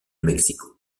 mexico